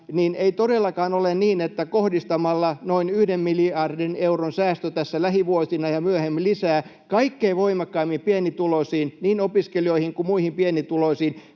niin ei todellakaan ole niin, että kohdistamalla tässä lähivuosina ja myöhemmin noin yhden miljardin euron säästön lisää kaikkein voimakkaimmin pienituloisiin — niin opiskelijoihin kuin muihin pienituloisiin